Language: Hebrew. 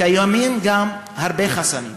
קיימים גם הרבה חסמים: